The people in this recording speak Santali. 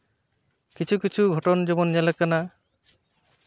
ᱠᱤᱪᱷᱩ ᱠᱤᱪᱷᱩ ᱜᱷᱚᱴᱚᱱ ᱡᱮᱢᱚᱱ ᱧᱮᱞ ᱟᱠᱟᱱᱟ